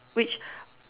which